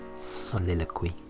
soliloquy